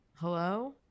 Hello